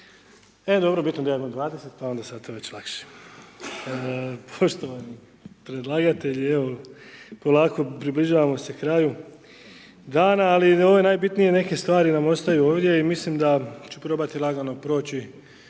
E, dobro, bitno da ja imam 20, pa onda je sad to već lakše. Poštovani predlagatelji, evo polako približavamo se kraju dana, ali ove najbitnije neke stvari nam ostaju ovdje i mislim da ću probati lagano proći